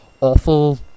awful